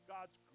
God's